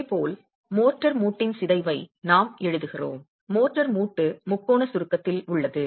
இதேபோல் மோர்டார் மூட்டின் சிதைவை நாம் எழுதுகிறோம் மோர்டார் மூட்டு முக்கோண சுருக்கத்தில் உள்ளது